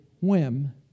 whim